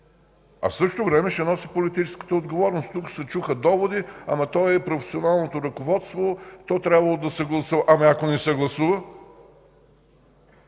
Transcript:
но в същото време ще носи политическата отговорност. Тук се чуха доводи – ама той е професионалното ръководство, то трябвало да се гласува. Ами ако не се гласува?